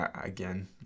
Again